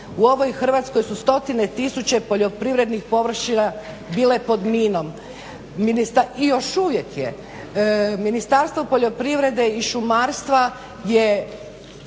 u ovoj Hrvatskoj su stotine tisuća poljoprivrednih površina bile pod minama i još uvijek je. Ministarstvo poljoprivrede i šumarstva je